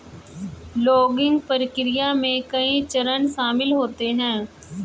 logging प्रक्रिया में कई चरण शामिल होते है